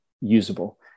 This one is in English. usable